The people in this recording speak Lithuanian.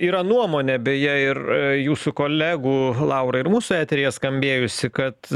yra nuomonė beje ir jūsų kolegų laurai ir mūsų eteryje skambėjusi kad